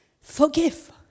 Forgive